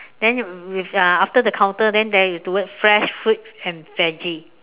then with uh after the counter then there is the word fresh fruits and veggie